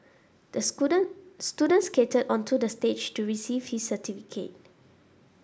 the student skated onto the stage to receive his certificate